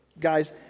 guys